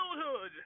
childhood